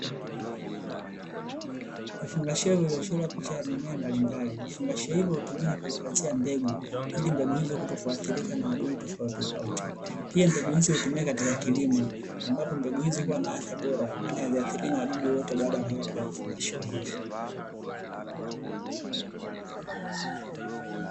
Vifungashio vilivyochorwa picha ya mimea mbalimbali. Vifungashio hivyo hutumika kuhifadhia mbegu, ili mbegu hizo kutokuathirika na wadudu tofautitofauti. Pia, mbegu hizo hutumika katika kilimo, ambapo mbegu hizo huwa na afya bora, kwani haziathiriwi na wadudu wowote, baada ya kuwekwa katika vifungashio hivi.